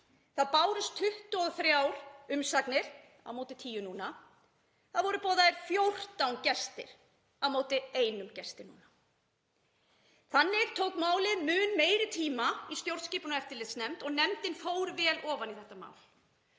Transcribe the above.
Það bárust 23 umsagnir á móti 10 núna. Það voru boðaðir 14 gestir á móti einum gesti núna. Þannig tók málið mun meiri tíma í stjórnskipunar- og eftirlitsnefnd og nefndin fór vel ofan í þetta mál.